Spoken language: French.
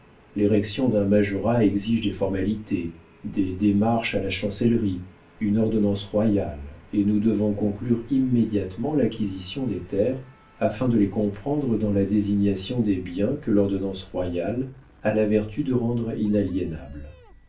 l'érection d'un majorat exige des formalités des démarches à la chancellerie une ordonnance royale et nous devons conclure immédiatement l'acquisition des terres afin de les comprendre dans la désignation des biens que l'ordonnance royale a la vertu de rendre inaliénables